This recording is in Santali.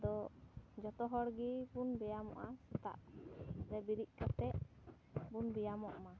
ᱟᱫᱚ ᱡᱚᱛᱚ ᱦᱚᱲ ᱜᱮ ᱵᱚᱱ ᱵᱮᱭᱟᱢᱚᱜᱼᱟ ᱥᱮᱛᱟᱜ ᱨᱤ ᱵᱮᱨᱮᱫ ᱠᱟᱛᱮᱫ ᱵᱚᱱ ᱵᱮᱭᱟᱢᱚᱜᱼᱢᱟ